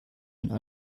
einen